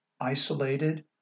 isolated